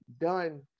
done